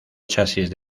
chasis